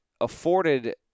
afforded